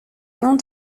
léon